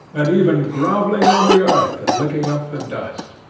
and even grovelling on the earth and licking up the dust.